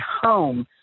home